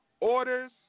orders